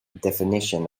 definition